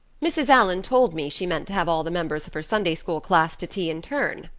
mrs. allan told me she meant to have all the members of her sunday-school class to tea in turn,